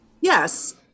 yes